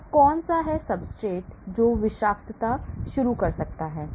तो कौन सा सब्सट्रेट हैं जो विषाक्तता शुरू कर सकते हैं